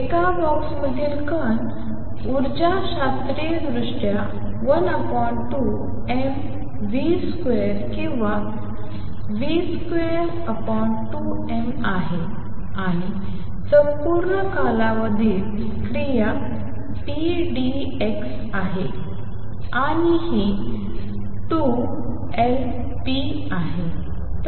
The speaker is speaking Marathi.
एका बॉक्समधील कण उर्जा शास्त्रीयदृष्ट्या 12mv2 किंवा p22m आहे आणि संपूर्ण कालावधीत क्रिया p d x आहे आणि ही 2 Lp आहे